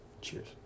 cheers